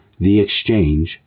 theexchange